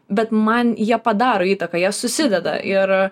bet man jie padaro įtaką jie susideda ir